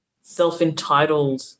self-entitled